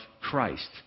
Christ